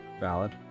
Valid